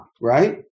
right